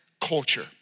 culture